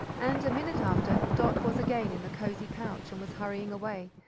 and, a minute after, dot was again in the cosy pouch, and was hurrying away,